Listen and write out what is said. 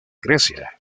grecia